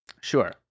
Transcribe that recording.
Sure